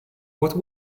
what